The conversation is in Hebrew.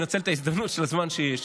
אני מנצל את ההזדמנות של הזמן שיש.